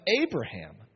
Abraham